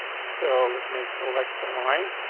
so let me select the line.